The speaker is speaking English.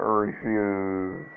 refuse